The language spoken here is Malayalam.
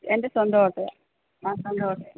എൻ്റെ സ്വന്തം ഓട്ടോയാണ് ആ സ്വന്തം ഓട്ടോയാണ്